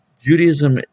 Judaism